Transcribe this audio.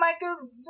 Michael